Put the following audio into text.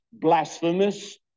blasphemous